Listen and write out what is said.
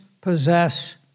possess